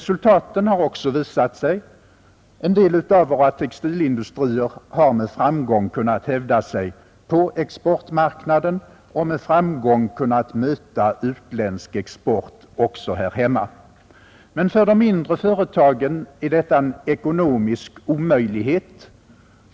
Resultaten har också visat sig: en del av våra textilindustrier har med framgång kunnat hävda sig på exportmarknaden och med framgång kunnat möta utländsk export också här hemma. Men för de mindre företagen är detta en ekonomisk omöjlighet.